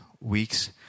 weeks